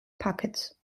pakets